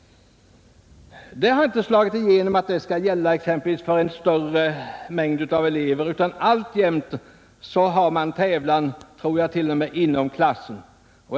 Det har inte slagit igenom att dessa procentsatser gäller för en större grupp elever än bara en enskild klass, och alltjämt har man tävlat inom klassen.